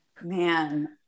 Man